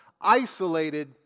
isolated